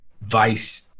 vice